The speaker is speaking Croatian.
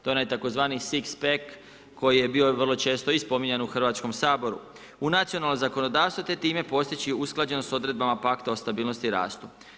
To je onaj tzv. sixpack koji je bio vrlo često i spominjan u Hrvatskom saboru, u nacionalno zakonodavstvo te time postići usklađenost da odredbama pakta o stabilnost i rastu.